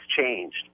changed